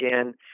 again